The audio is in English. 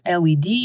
LED